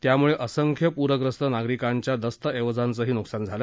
त्यामुळे असंख्य पूर्यस्त नागरिकांच्या दस्तऐवजांचंही नुकसान झालं